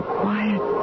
quiet